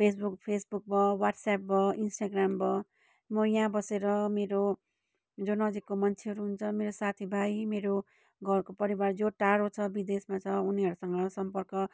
Facebook Facebook WhatsApp भयो Instagram भयो म यहाँ बसेर मेरो जो नजिकको मान्छेहरू हुन्छ मेरो साथीभाइ मेरो घरको परिवार जो टाढो छ विदेशमा छ उनीहरूसँग सम्पर्क